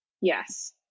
Yes